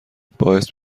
باعث